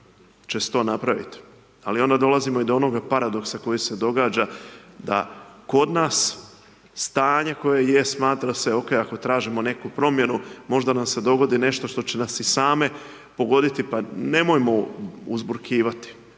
že se to napraviti. Sli onda dolazimo i do onoga paradoksa, koji se događa, da kod nas, stanje koje jest smatra se, ok, ako tražimo neku promjenu, možda nam se dogodi i nešto što će nas i same pogoditi, pa nemojmo uzburkavati.